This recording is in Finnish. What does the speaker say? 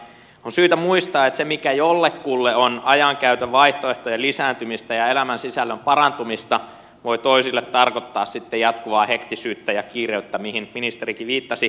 on syytä muistaa että se mikä jollekulle on ajankäytön vaihtoehtojen lisääntymistä ja elämänsisällön parantumista voi toisille tarkoittaa sitten jatkuvaa hektisyyttä ja kiirettä mihin ministerikin viittasi